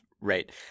Right